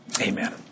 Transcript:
Amen